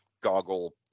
goggle